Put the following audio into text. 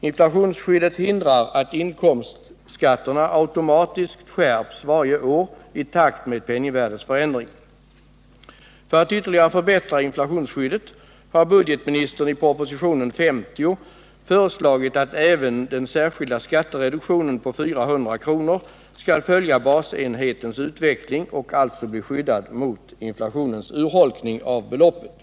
Inflationsskyddet hindrar att inkomstskatten automatiskt skärps varje år i takt med penningvärdets förändring, För att ytterligare förbättra inflationsskyddet har budgetministern i propositionen 50 föreslagit att även den särskilda skattereduktionen på 400 kr. skall följa basenhetens utveckling och alltså bli skyddad mot inflationens urholkning av beloppet.